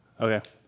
Okay